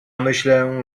myślę